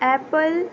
apple